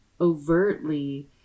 overtly